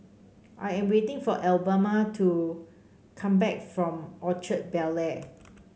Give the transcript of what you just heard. I am waiting for Alabama to come back from Orchard Bel Air